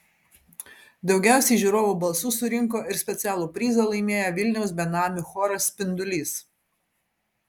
daugiausiai žiūrovų balsų surinko ir specialų prizą laimėjo vilniaus benamių choras spindulys